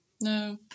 No